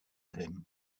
him